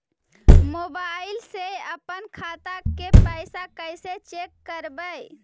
Mobile से अपन खाता के पैसा कैसे चेक करबई?